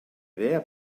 idea